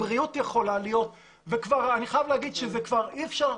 הבריאות יכולה להיות ואני חייב להגיד שאי אפשר,